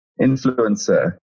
influencer